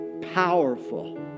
powerful